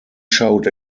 showed